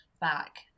back